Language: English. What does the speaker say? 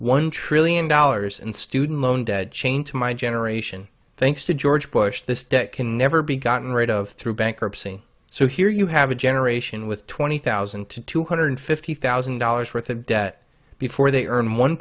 one trillion dollars in student loan debt chained to my generation thanks to george bush this debt can never be gotten rid of through bankruptcy so here you have a generation with twenty thousand to two hundred fifty thousand dollars worth of debt before they earn one